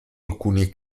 alcuni